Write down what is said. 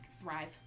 thrive